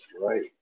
right